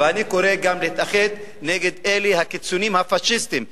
ואני קורא גם להתאחד נגד אלה הקיצונים הפאשיסטים,